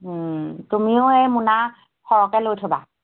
ওম তুমিও এই মোনা সৰহকৈ লৈ থ'বা